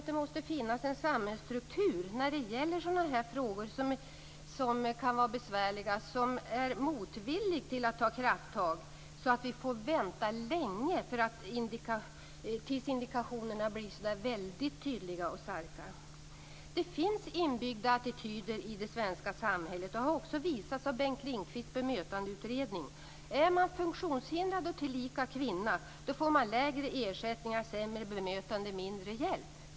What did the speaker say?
Det måste finnas en samhällsstruktur när det gäller sådana frågor som är motvillig till att ta krafttag och som gör att man måste vänta länge tills indikationerna blir väldigt tydliga och starka. Det finns inbyggda attityder i det svenska samhället. Det har också visat sig i Bengt Lindqvists bemötandeutredning. En funktionshindrad person, tillika kvinna, får lägre ersättningar, sämre bemötande och mindre hjälp.